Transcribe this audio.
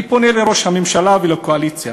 אני פונה לראש הממשלה ולקואליציה,